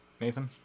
nathan